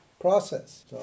process